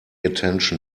attention